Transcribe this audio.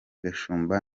gashumba